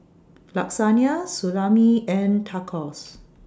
Lasagne Salami and Tacos